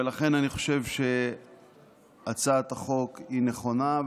ולכן אני חושב שהצעת החוק היא נכונה,